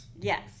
Yes